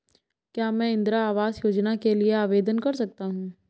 क्या मैं इंदिरा आवास योजना के लिए आवेदन कर सकता हूँ?